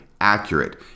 accurate